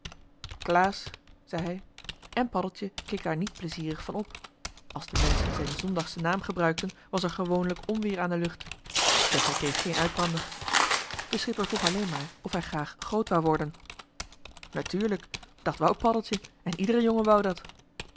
zei hij en paddeltje keek daar niet plezierig van op als de menschen zijn zondagschen naam gebruikten was er gewoonlijk onweer aan de lucht doch hij kreeg geen uitbrander joh h been paddeltje de scheepsjongen van michiel de ruijter de schipper vroeg alleen maar of hij graag groot wou worden natuurlijk dat wou paddeltje en iedere jongen wou dat